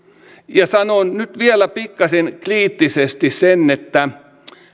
ja sanon nyt vielä pikkasen kriittisesti sen että